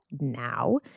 now